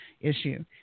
issue